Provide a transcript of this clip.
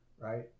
right